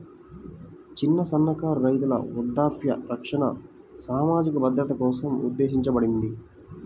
చిన్న, సన్నకారు రైతుల వృద్ధాప్య రక్షణ సామాజిక భద్రత కోసం ఉద్దేశించబడింది